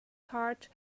heart